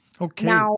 Okay